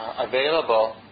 available